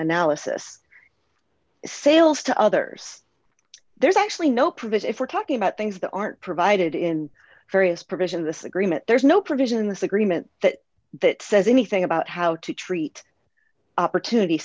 analysis sales to others there's actually no provision if we're talking about things that aren't provided in various provisions this agreement there's no provision this agreement that that says anything about how to treat opportunity